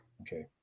Okay